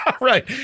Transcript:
Right